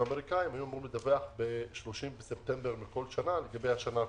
האמריקאים לדווח ב-30 בספטמבר בכל שנה לגבי השנה הקודמת.